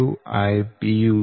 Ipu છે